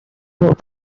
would